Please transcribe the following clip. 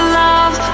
love